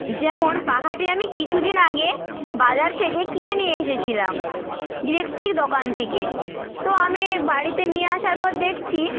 যেমন পাখাটি আমি কিছুদিন আগে বাজার থেকে কিনে নিয়ে এসেছিলাম ইলেকটিক দোকান থেকে তো আমি বাড়িতে নিয়ে আসার পর দেখছি